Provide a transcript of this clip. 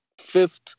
fifth